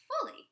fully